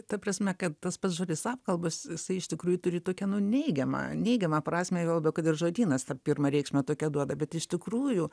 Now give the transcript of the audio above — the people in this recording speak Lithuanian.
ta prasme kad tas pats žodis apkalbas jisai iš tikrųjų turi tokią nu neigiamą neigiamą prasmę juo labiau kad ir žodynas tą pirmą reikšmę tokią duoda bet iš tikrųjų